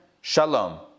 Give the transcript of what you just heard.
Shalom